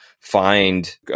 find